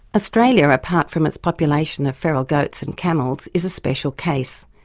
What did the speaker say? australia, apart from its population of feral goats and camels is a special case.